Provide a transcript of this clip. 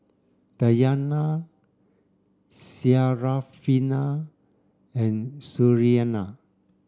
Dayana Syarafina and Suriani